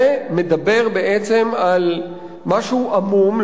זה מדבר בעצם על משהו עמום,